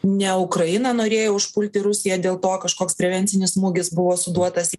ne ukraina norėjo užpulti rusiją dėl to kažkoks prevencinis smūgis buvo suduotas